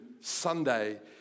Sunday